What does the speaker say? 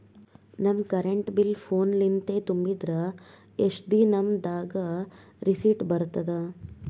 ನಮ್ current bill ಫೋನ ಲಿಂದೇ ತುಂಬಿದ್ರ, ಎಷ್ಟ ದಿ ನಮ್ ದಾಗ ರಿಸಿಟ ಬರತದ?